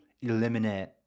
eliminate